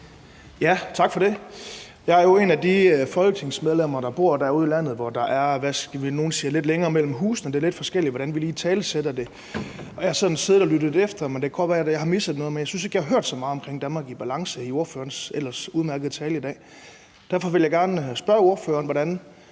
Tak for det. Jeg er jo et af de folketingsmedlemmer, der bor derude i landet, hvor der er, siger nogen, lidt længere mellem husene. Det er lidt forskelligt, hvordan vi lige italesætter det. Jeg har sådan siddet og lyttet efter, og det kan godt være, at jeg har misset noget, men jeg synes ikke, jeg har hørt så meget om »Danmark i bedre balance« i ordførerens ellers udmærkede tale i dag. Derfor vil jeg gerne spørge ordføreren: Hvordan